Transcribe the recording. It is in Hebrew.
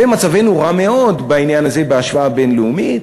ומצבנו רע מאוד בעניין הזה בהשוואה בין-לאומית,